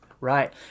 Right